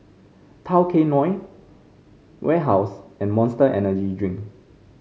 Tao Kae Noi Warehouse and Monster Energy Drink